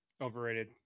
Overrated